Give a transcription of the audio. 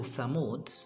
Thamud